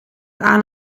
aan